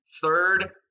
third